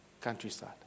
countryside